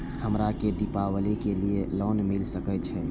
हमरा के दीपावली के लीऐ लोन मिल सके छे?